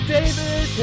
David